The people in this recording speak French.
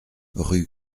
rue